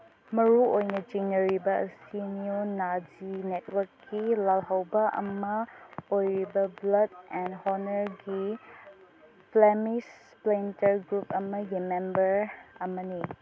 ꯃꯔꯨ ꯑꯣꯏꯅ ꯆꯤꯡꯅꯔꯤꯕ ꯑꯁꯤ ꯅꯤꯌꯣ ꯅꯥꯖꯤ ꯅꯦꯠꯋꯥꯛꯀꯤ ꯂꯥꯜꯍꯧꯕ ꯑꯃ ꯑꯣꯏꯔꯤꯕ ꯕ꯭ꯂꯠ ꯑꯦꯟ ꯍꯣꯅꯔꯒꯤ ꯐ꯭ꯂꯦꯃꯤꯁ ꯏꯁꯄ꯭ꯂꯤꯟꯇꯔ ꯒ꯭ꯔꯨꯞ ꯑꯃꯒꯤ ꯃꯦꯝꯕꯔ ꯑꯃꯅꯤ